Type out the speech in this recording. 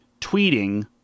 tweeting